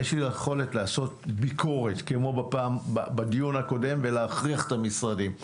יש לי יכולת לעשות ביקורת כמו שעשיתי בדיון הקודם ולהכריח את המשרדים.